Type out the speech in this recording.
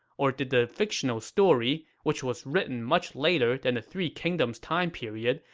or did the fictional story, which was written much later than the three kingdoms time period,